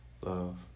love